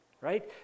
Right